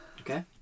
Okay